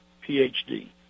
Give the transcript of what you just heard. Ph.D